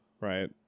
Right